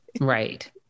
Right